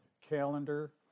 calendar